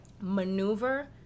maneuver